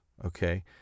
Okay